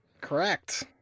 Correct